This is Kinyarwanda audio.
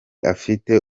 afite